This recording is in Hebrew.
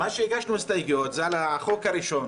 הגשנו הסתייגויות על החוק הראשון,